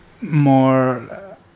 more